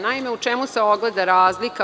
Naime, u čemu se ogleda razlika?